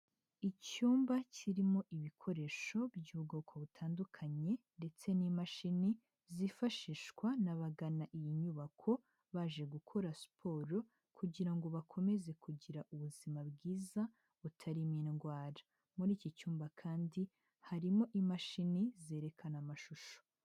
Icyumba kirimo ibikoresho by'ubwoko butandukanye ndetse n'imashini zifashishwa n'abagana iyi nyubako, baje gukora siporo kugira ngo bakomeze kugira ubuzima bwiza butarimo indwara, muri iki cyumba kandi harimo imashini zerekana amashusho.